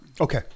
Okay